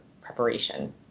preparation